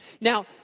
Now